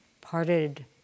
parted